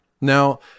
Now